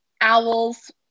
owls